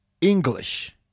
English